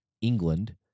England